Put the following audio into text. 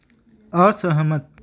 असहमत